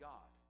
God